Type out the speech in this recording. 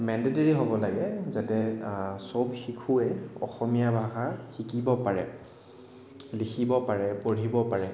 mandatory লাগে যাতে চব শিশুৱে অসমীয়া ভাষা শিকিব পাৰে লিখিব পাৰে পঢ়িব পাৰে